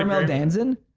um our danzon